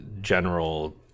general